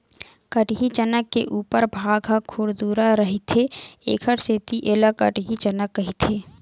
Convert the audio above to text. कटही चना के उपर भाग ह खुरदुरहा रहिथे एखर सेती ऐला कटही चना कहिथे